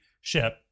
ship